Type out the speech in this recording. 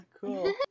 cool